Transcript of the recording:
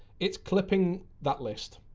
it's clipping that list,